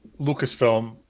Lucasfilm